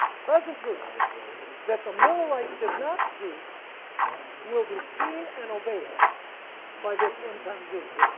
present truth that the millerites did not see will be seen and obeyed by this end-time group.